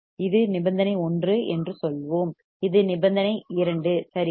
இது நிபந்தனை ஒன்று என்று சொல்வோம் இது நிபந்தனை இரண்டு சரியா